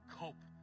cope